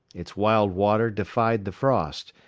its wild water defied the frost,